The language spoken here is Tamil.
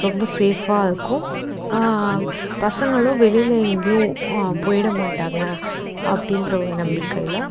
ரொம்ப சேஃப்பாக இருக்கும் பசங்களும் வெளியில எங்கேயும் போயிவிட மாட்டாங்க அப்படின்ற ஒரு நம்பிக்கையில்